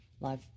live